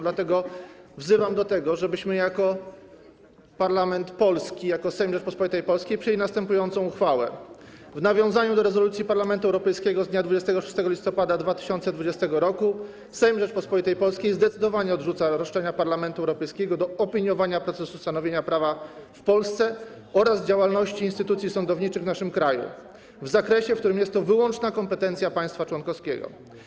Dlatego wzywam do tego, żebyśmy jako parlament polski, jako Sejm Rzeczypospolitej Polskiej przyjęli następującą uchwałę: W nawiązaniu do rezolucji Parlamentu Europejskiego z dnia 26 listopada 2020 r. Sejm Rzeczypospolitej Polskiej zdecydowanie odrzuca roszczenia Parlamentu Europejskiego do opiniowania procesu stanowienia prawa w Polsce oraz działalności instytucji sądowniczych w naszym kraju w zakresie, w którym jest to wyłączna kompetencja państwa członkowskiego.